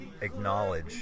acknowledge